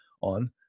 on